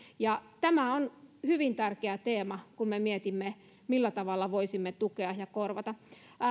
tämä on hyvin tärkeä teema kun me mietimme millä tavalla voisimme tukea ja korvata